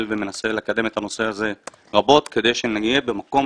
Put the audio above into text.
ומנסה לקדם את הנושא הזה רבות כדי שנהיה במקום